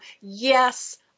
yes